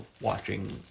watching